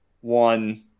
one